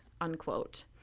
unquote